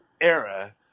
era